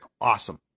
awesome